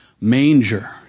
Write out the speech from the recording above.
manger